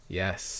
yes